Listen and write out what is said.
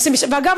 ואגב,